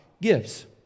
gives